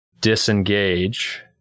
disengage